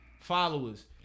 followers